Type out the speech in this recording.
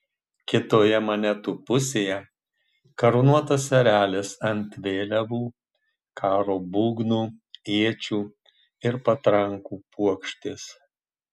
kitoje monetų pusėje karūnuotas erelis ant vėliavų karo būgnų iečių ir patrankų puokštės